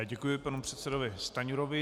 Děkuji panu předsedovi Stanjurovi.